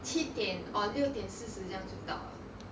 七点 or 六点四十这样就到了